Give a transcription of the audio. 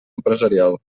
empresarial